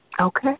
Okay